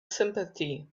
sympathy